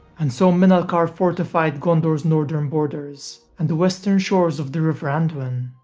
and so minalcar fortified gondor's northern borders and the western shores of the river anduin.